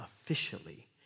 officially